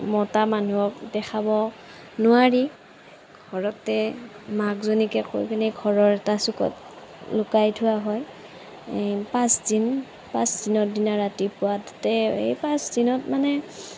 মতা মানুহক দেখাব নোৱাৰি ঘৰতে মাকজনীকে কৈ কেনি ঘৰৰ এটা চুকত লুকাই থোৱা হয় এই পাঁচদিন পাঁচদিনৰ দিনা ৰাতিপুৱাতে এই পাঁচদিনত মানে